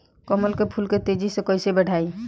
कमल के फूल के तेजी से कइसे बढ़ाई?